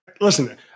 listen